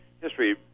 History